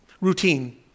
routine